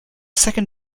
second